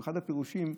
אחד הפירושים: